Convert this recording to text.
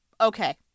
okay –